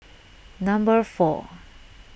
number four